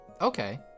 Okay